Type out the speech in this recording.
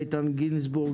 איתן גינזבורג,